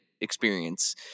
experience